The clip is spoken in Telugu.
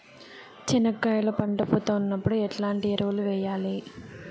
చెనక్కాయలు పంట పూత ఉన్నప్పుడు ఎట్లాంటి ఎరువులు వేయలి?